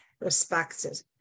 respected